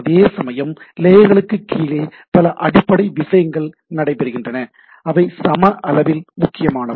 அதேசமயம் லேயர்களுக்கு கீழே பல அடிப்படை விஷயங்கள் நடைபெறுகின்றன அவை சம அளவில் முக்கியமானவை